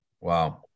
Wow